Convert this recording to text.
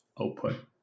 output